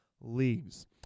leagues